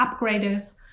upgraders